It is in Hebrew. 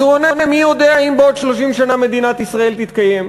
אז הוא עונה: מי יודע אם בעוד 30 שנה מדינת ישראל תתקיים.